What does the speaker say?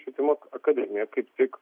švietimo akademija kaip tik